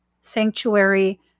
Sanctuary